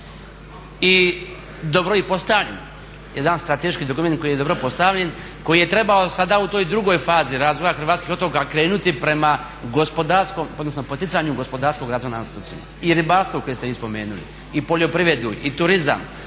I dobro je i postavljen, jedan strateški dokument koji je dobro postavljen, koji je trebao sada u toj drugoj fazi razvoja hrvatskih otoka krenuti prema poticanju gospodarskog razvoja na otocima. I ribarstvo koje ste vi spomenuli i poljoprivredu i turizam,